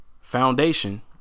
Foundation